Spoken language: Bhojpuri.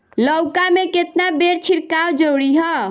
लउका में केतना बेर छिड़काव जरूरी ह?